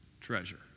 treasure